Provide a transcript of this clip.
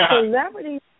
celebrities